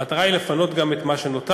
המטרה היא לפנות גם את מה שנותר.